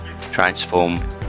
transform